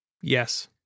yes